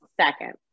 second